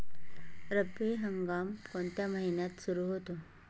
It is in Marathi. रब्बी हंगाम कोणत्या महिन्यात सुरु होतो?